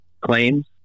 claims